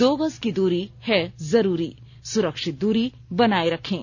दो गज की दूरी है जरूरी सुरक्षित दूरी बनाए रखें